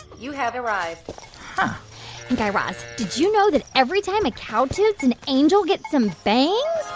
you have arrived huh and guy raz, did you know that every time a cow toots an angel gets some bangs?